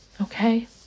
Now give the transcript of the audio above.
Okay